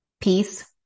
peace